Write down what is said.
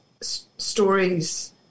stories